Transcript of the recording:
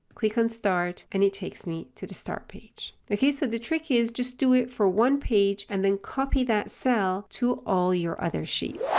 click on start and it takes me to the start page. okay, so the trick is just do it for one page and then copy that cell to all your other sheets.